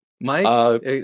Mike